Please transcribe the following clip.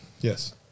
yes